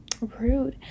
rude